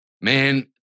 Man